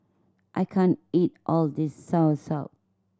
I can't eat all of this soursop